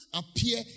appear